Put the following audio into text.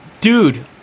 dude